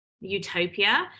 utopia